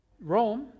Rome